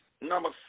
number